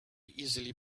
easily